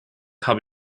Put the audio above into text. habe